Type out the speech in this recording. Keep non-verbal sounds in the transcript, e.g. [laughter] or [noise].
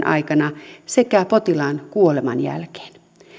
[unintelligible] aikana sekä potilaan kuoleman jälkeen